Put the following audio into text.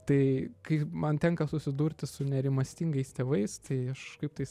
tai kai man tenka susidurti su nerimastingais tėvais tai aš kaip tais